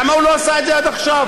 למה הוא לא עשה את זה עד עכשיו?